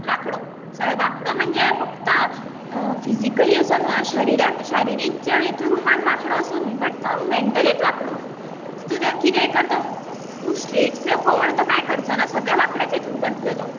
वांकडो वांकडो म्हणजे फक्त फिजिकली असो न्हू आ शरिरान शारिरीक रुपान वांकडो असो न्हू बट तो मॅन्टलीच वांकडो तो कितेंय करता तो स्ट्रॅट फोवर्ड कांय करचो ना वांकडेच इतून करतलो तो